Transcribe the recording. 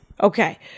Okay